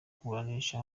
kuburanisha